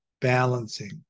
balancing